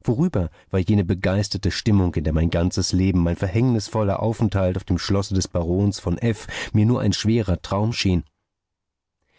vorüber war jene begeisterte stimmung in der mein ganzes leben mein verhängnisvoller aufenthalt auf dem schlosse des barons von f mir nur ein schwerer traum schien